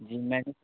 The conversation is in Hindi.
जी मैंने